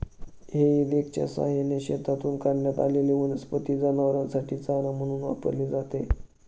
हेई रेकच्या सहाय्याने शेतातून काढण्यात आलेली वनस्पती जनावरांसाठी चारा म्हणून वापरली जाते